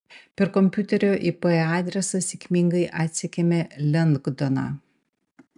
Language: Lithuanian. per kompiuterio ip adresą sėkmingai atsekėme lengdoną